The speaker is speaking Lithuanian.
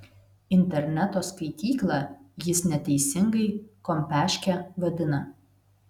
interneto skaityklą jis neteisingai kompiaške vadina